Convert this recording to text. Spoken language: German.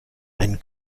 einen